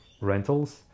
rentals